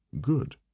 Good